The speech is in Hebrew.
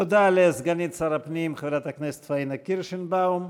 תודה לסגנית שר הפנים חברת הכנסת פאינה קירשנבאום.